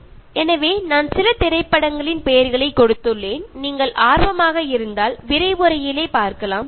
Refer Slide Time 3335 எனவே நான் சில திரைப்படங்களின் பெயர்களைக் கொடுத்துள்ளேன் நீங்கள் ஆர்வமாக இருந்தால் விரிவுரையிலேயே பார்க்கலாம்